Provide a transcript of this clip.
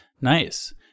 Nice